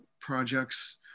projects